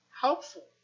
helpful